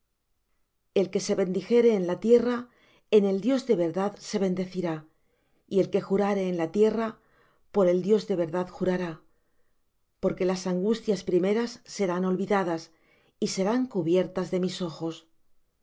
el que se bendijere en la tierra en el dios de verdad se bendecirá y el que jurare en la tierra por el dios de verdad jurará porque las angustias primeras serán olvidadas y serán cubiertas de mis ojos